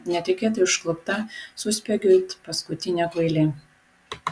netikėtai užklupta suspiegiu it paskutinė kvailė